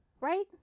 Right